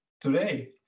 today